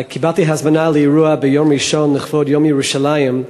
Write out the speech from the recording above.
קיבלתי הזמנה לאירוע ביום ראשון לכבוד יום ירושלים,